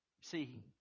See